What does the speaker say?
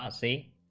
um c,